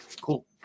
Cool